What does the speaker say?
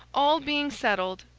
all being settled,